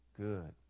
Good